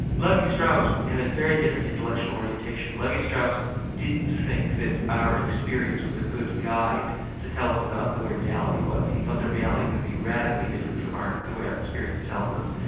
levi-strauss had a very different intellectual orientation. levi-strauss didn't think that our experience was a good guide to tell us about the way reality was. he thought that reality could be radically different from the way our experience tells us,